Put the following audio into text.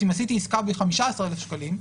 אם עשיתי עסקה ב-15,000 שקלים,